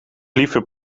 liever